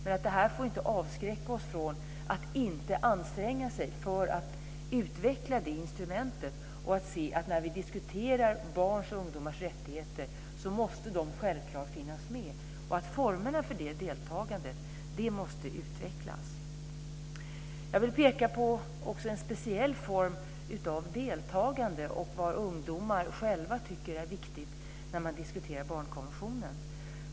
Men detta får inte avskräcka oss från att inte anstränga oss för att utveckla detta instrument. Och när vi diskuterar barns och ungdomars rättigheter så måste de självklart finnas med. Och formerna för detta deltagande måste utvecklas. Jag vill också peka på en speciell form av deltagande och vad ungdomar själva tycker är viktigt när man diskuterar barnkonventionen.